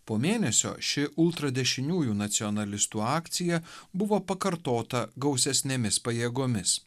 po mėnesio ši ultradešiniųjų nacionalistų akcija buvo pakartota gausesnėmis pajėgomis